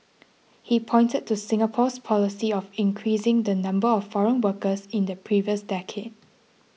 he pointed to Singapore's policy of increasing the number of foreign workers in the previous decade